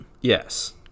Yes